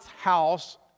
house